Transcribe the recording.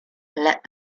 let